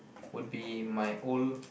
would be my old